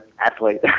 athlete